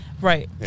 right